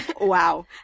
Wow